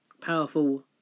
powerful